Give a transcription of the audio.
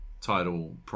title